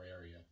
area